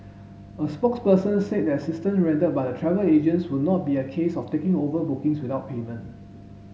a spokesperson said the assistance rendered by the travel agents will not be a case of taking over bookings without payment